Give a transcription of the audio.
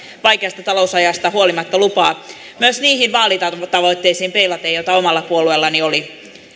vaikeasta talousajasta huolimatta lupaa myös niihin vaalitavoitteisiin peilaten joita omalla puolueellani oli